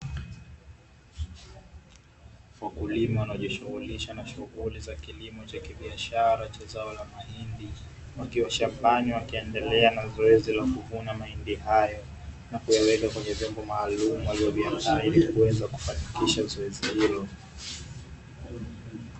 Wakulima wanaojishugulisha na shuguli za kilimo cha kibiashara cha zao la mahindi, wakiwa shambani wakiendelea na zoezi la kuvuna mahindi hayo na kuyaweka kwenye vyombo maalumu walivyoviandaa ili kuweza kufanikisha zoezi hilo.